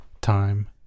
Time